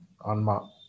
Anma